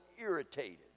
irritated